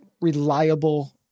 reliable